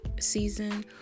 season